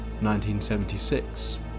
1976